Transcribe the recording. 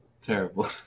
terrible